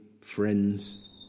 friends